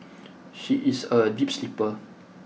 she is a deep sleeper